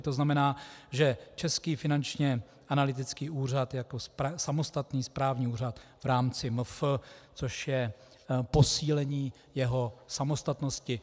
To znamená, český Finančně analytický úřad jako samostatný správní úřad v rámci MF, což je posílení jeho samostatnosti.